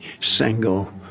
single